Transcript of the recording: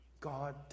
God